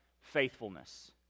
faithfulness